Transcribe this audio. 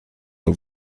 nur